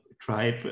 tribe